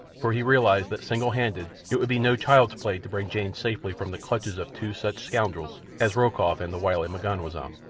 for he realized that single-handed it would be no child's play to bring jane safely from the clutches of two such scoundrels as rokoff and the wily m'ganwazam.